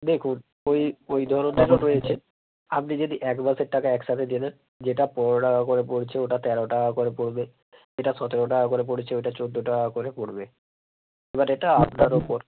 দেখুন ঐ ঐ ধরনেরও রয়েছে আপনি যদি এক মাসের টাকা একসাথে দিয়ে দেন যেটা পনেরো টাকা করে পড়ছে ওটা তেরো টাকা করে পড়বে যেটা সতেরো টাকা করে পড়ছে ওটা চোদ্দ টাকা করে পড়বে এবার এটা আপনার ওপর